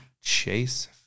Chase